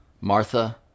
Martha